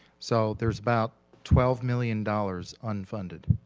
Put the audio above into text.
so, there's about twelve million dollars unfunded.